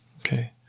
Okay